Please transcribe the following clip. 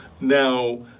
Now